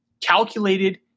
Calculated